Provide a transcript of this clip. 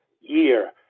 year